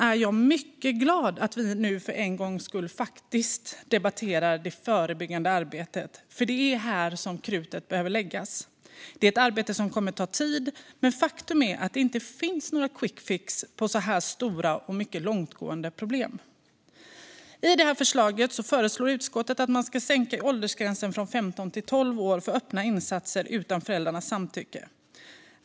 Därför är jag mycket glad över att vi nu för en gångs skull faktiskt debatterar det förebyggande arbetet, för det är här som krutet behöver läggas. Det är ett arbete som kommer att ta tid. Men faktum är att det inte finns någon quickfix på så stora och mycket långtgående problem. I detta förslag föreslår utskottet att man ska sänka åldersgränsen från 15 till 12 år för öppna insatser utan föräldrarnas samtycke.